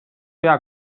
pea